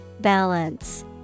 Balance